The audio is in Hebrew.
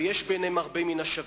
ויש ביניהן הרבה מן השווה.